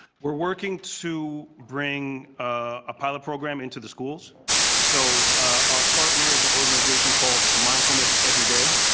we're working to bring a pilot program into the schools so our partners organization called mindfulness every day,